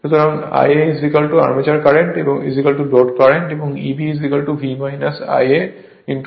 সুতরাং Ia armature current load current এবং Eb V Ia R ra